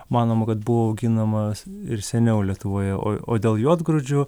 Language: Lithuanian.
manoma kad buvo auginamas ir seniau lietuvoje o o dėl juodgrūdžių